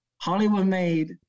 Hollywood-made